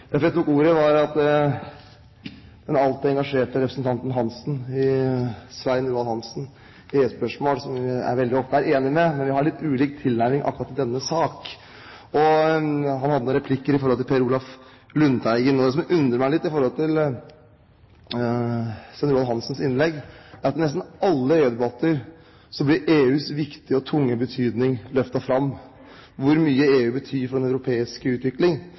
Jeg tok ordet på grunn av en replikk fra den alltid engasjerte representanten Svein Roald Hansen – som jeg veldig ofte er enig med, men vi har litt ulik tilnærming akkurat i denne sak. Han hadde en replikk til Per Olaf Lundteigen. Det som undrer meg i forhold til Svein Roald Hansens innlegg, er at i nesten alle EU-debatter blir EUs viktige og tunge betydning løftet fram – hvor mye EU betyr for den europeiske utvikling.